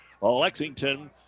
Lexington